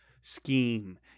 scheme